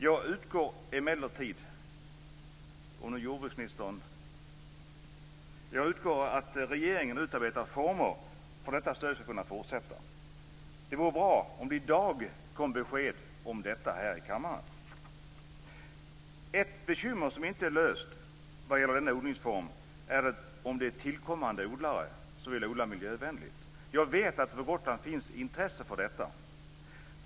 Jag utgår emellertid från att regeringen utarbetar former för att detta stöd ska kunna fortsätta. Det vore bra om det i dag kom besked om detta här i kammaren. Ett bekymmer som inte är löst vad gäller denna odlingsform handlar om tillkommande odlare som vill odla miljövänligt. Jag vet att det på Gotland finns intresse för detta.